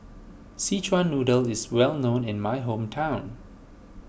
Szechuan Noodle is well known in my hometown